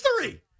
history